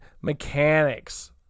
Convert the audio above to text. mechanics